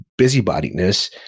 busybodiness